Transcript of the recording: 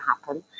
happen